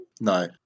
No